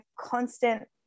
constant